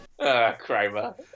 Kramer